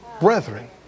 brethren